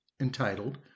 entitled